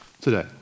today